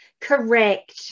Correct